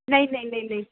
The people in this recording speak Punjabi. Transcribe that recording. ਨਹੀਂ ਨਹੀਂ ਨਹੀਂ ਨਹੀਂ